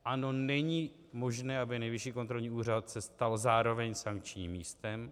Ano, není možné, aby Nejvyšší kontrolní úřad se stal zároveň sankčním místem.